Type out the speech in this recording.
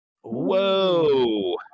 whoa